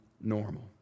normal